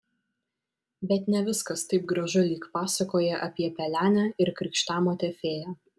bet ne viskas taip gražu lyg pasakoje apie pelenę ir krikštamotę fėją